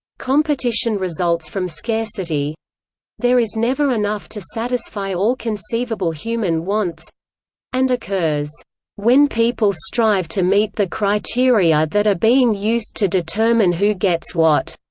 competition results from scarcity there is never enough to satisfy all conceivable human wants and occurs when people strive to meet the criteria that are being used to determine who gets what.